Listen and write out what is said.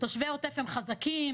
תושבי העוטף הם חזקים,